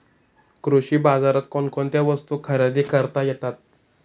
कृषी बाजारात कोणकोणत्या वस्तू खरेदी करता येतात